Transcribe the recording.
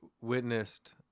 witnessed